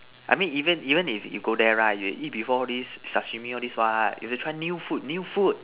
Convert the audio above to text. I mean even even if go there right you eat before all these Sashimi all these what you should try new food new food